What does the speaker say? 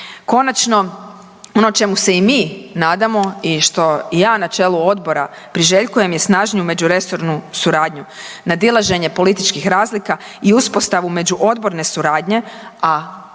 Konačno, ono čemu se i mi nadamo i što ja na čelu odbora priželjkujem je snažniju međuresornu suradnju, nadilaženje političkih razlika i uspostavu među odborne suradnje, a